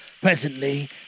Presently